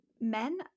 men